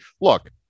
Look